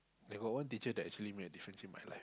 there got one teacher that actually made a different thing my life